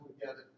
together